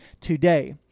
today